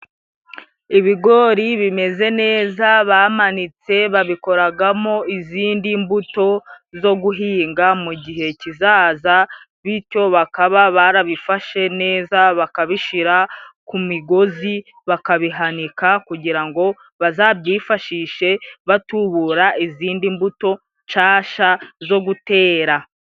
Ibigori bimeze neza bamanitse babikoragamo izindi mbuto zo guhinga mu gihe kizaza, bityo bakaba barabifashe neza bakabishira ku migozi bakabihanika, kugira ngo bazabyifashishe batubura izindi mbuto nshasha zo gutera.